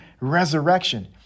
resurrection